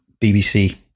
BBC